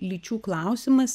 lyčių klausimas